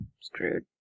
screwed